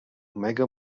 mega